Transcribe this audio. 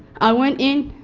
i went in,